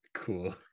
Cool